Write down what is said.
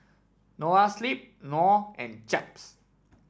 Noa Sleep Knorr and Chaps